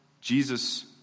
Jesus